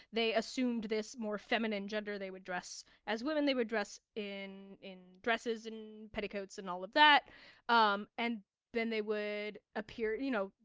they assumed this more feminine gender. they would dress as women, they would dress in in dresses and petticoats and all of that um and then they would appear, you know,